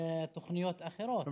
תוכניות אחרות.